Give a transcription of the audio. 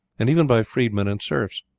and even by freedmen and serfs.